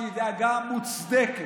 שהיא דאגה מוצדקת,